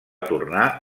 tornar